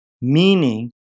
meaning